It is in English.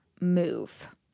move